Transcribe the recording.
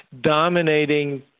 dominating